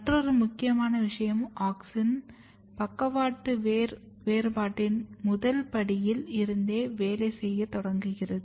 மற்றொரு முக்கியமான விஷயம் ஆக்ஸின் பக்கவாட்டு வேர் வேறுபாட்டின் முதல் படியில் இருந்தே வேலை செய்யத் தொடங்குகிறது